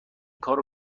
کارو